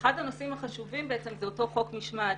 אחד הנושאים החשובים הוא אותו חוק משמעת.